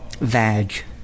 Vag